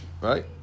Right